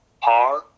par